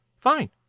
fine